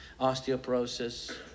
osteoporosis